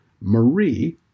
Marie